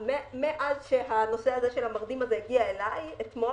מאז שהנושא הזה של המרדים הזה הגיע אליי, אתמול,